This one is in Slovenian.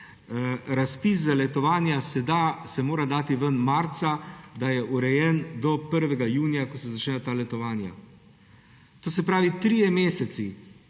Razpis za letovanja se mora dati ven marca, da je urejen do 1. junija, ko se začnejo ta letovanja. To se pravi, na